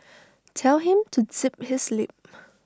tell him to zip his lip